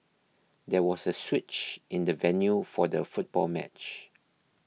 there was a switch in the venue for the football match